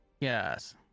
Yes